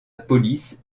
police